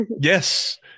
Yes